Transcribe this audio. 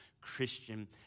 Christian